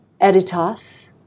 Editas